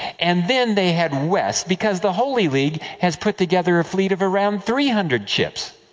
and then, they head west, because the holy league has put together a fleet of around three hundred ships.